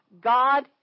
god